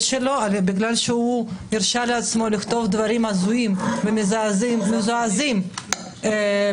שלו כי הרשה לעצמו לכתוב דברים הזויים ומזעזעים ברשת,